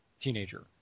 teenager